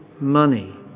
money